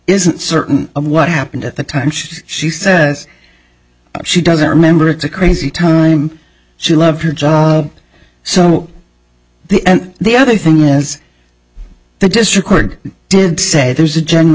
isn't certain of what happened at the time she says she says she doesn't remember it's a crazy time she loves her job so the and the other thing is the district board did say there's a gen